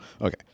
Okay